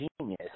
genius